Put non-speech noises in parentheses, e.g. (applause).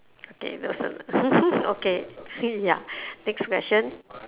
okay (laughs) okay ya next question